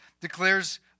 declares